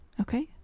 Okay